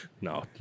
No